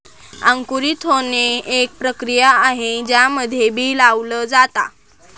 अंकुरित होणे, एक प्रक्रिया आहे ज्यामध्ये बी लावल जाता